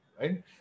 Right